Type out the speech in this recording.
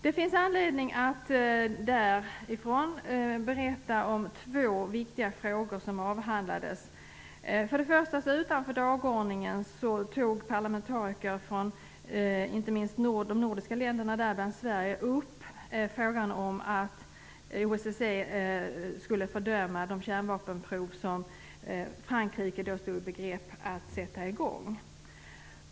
Det finns anledning att berätta om två viktiga frågor som avhandlades där. Utanför dagordningen tog inte minst de nordiska länderna, däribland Sverige, upp frågan om att OSSE skulle fördöma de kärnvapenprov som Frankrike då stod i begrepp att sätta i gång.